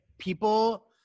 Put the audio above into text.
people